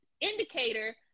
indicator